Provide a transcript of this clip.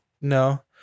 no